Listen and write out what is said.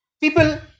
People